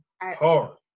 hard